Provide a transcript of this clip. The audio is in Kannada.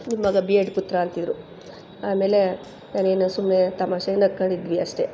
ನಿಮ್ಮ ಮಗ ಬಿ ಎಡ್ ಪುತ್ರ ಅಂತಿದ್ದರು ಆಮೇಲೆ ನಾನೇನು ಸುಮ್ಮನೆ ತಮಾಷೆಗೆ ನಕ್ಕೊಂಡು ಇದ್ದಿವಿ ಅಷ್ಟೇ